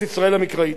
הדבר הזה נגמר,